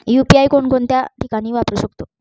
UPI कोणकोणत्या ठिकाणी वापरू शकतो?